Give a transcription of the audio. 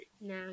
now